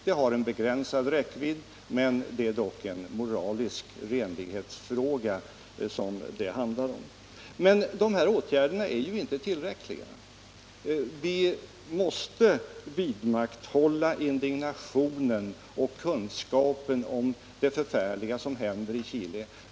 Den har en begränsad räckvidd men är dock en moralisk renlighetsfråga. Dessa åtgärder är emellertid inte tillräckliga. Vi måste vidmakthålla indignationen och kunskapen om det förfärliga som händer i Chile.